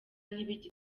ntibigire